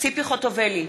ציפי חוטובלי,